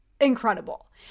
incredible